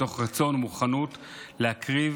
מתוך רצון ומוכנות להקריב